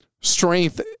strength